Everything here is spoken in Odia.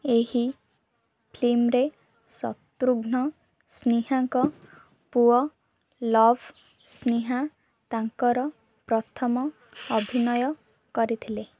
ଏହି ଫିଲ୍ମରେ ଶତ୍ରୁଘ୍ନ ସିହ୍ନାଙ୍କ ପୁଅ ଲଭ୍ ସିହ୍ନା ତାଙ୍କର ପ୍ରଥମ ଅଭିନୟ କରିଥିଲେ